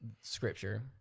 Scripture